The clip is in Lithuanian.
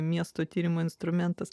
miesto tyrimo instrumentas